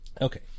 Okay